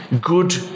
good